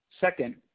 Second